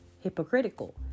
Hypocritical